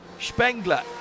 Spengler